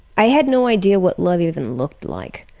i had no idea what love even looked like.